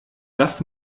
das